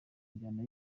njyana